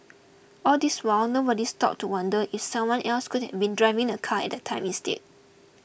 all this while nobody stopped to wonder if someone else could have been driving the car at the time instead